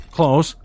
Close